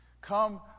Come